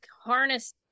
harness